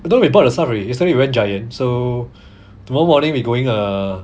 but then we bought the stuffs already yesterday we went giant so tomorrow morning we going uh